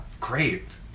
Great